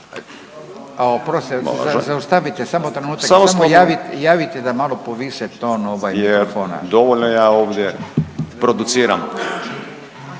A oprostite zaustavite samo trenutak, javite da malo povise ton ovaj mikrofona./… Jer dovoljno ja ovdje produciram?